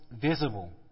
visible